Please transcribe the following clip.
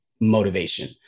motivation